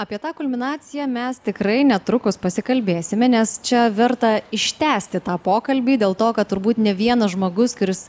apie tą kulminaciją mes tikrai netrukus pasikalbėsime nes čia verta ištęsti tą pokalbį dėl to kad turbūt ne vienas žmogus kuris